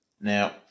Now